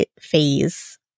phase